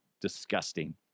disgusting